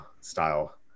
style